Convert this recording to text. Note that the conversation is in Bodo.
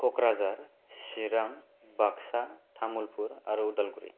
कक्रझार चिरां बागसा तामुलपुर आरो उदालगुरि